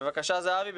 בבקשה זהבי.